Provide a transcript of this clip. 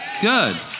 Good